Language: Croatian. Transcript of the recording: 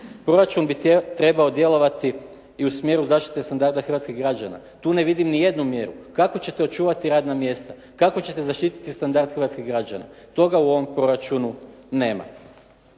Proračun bi trebao djelovati i u smjeru zaštite standarda hrvatskih građana. Tu ne vidim nijednu mjeru. Kako ćete očuvati radna mjesta? Kako ćete zaštiti standard hrvatskih građana? Toga u ovom proračunu nema.